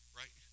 right